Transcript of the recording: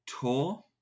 tour